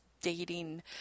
dating